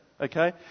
okay